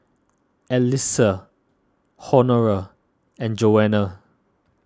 Elissa Honora and Joana